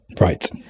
Right